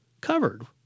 covered